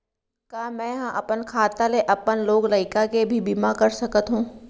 का मैं ह अपन खाता ले अपन लोग लइका के भी बीमा कर सकत हो